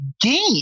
game